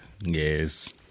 Yes